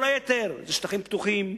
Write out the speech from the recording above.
כל היתר הם שטחים פתוחים,